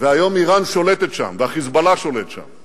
והיום אירן שולטת שם וה"חיזבאללה" שולט שם.